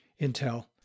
Intel